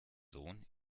sohn